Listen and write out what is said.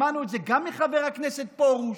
שמענו את זה גם מחבר הכנסת פרוש,